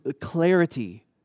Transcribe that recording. clarity